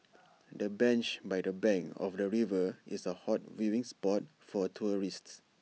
the bench by the bank of the river is A hot viewing spot for tourists